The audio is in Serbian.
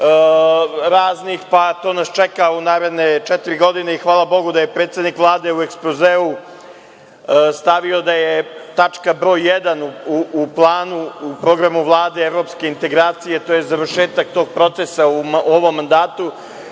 raznih, pa to nas čeka u naredne četiri godine i hvala Bogu da je predsednik Vlade u ekspozeu stavio da je tačka broj 1. u programu Vlade evropske integracije, to je završetak tog procesa u ovom mandatu,